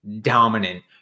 dominant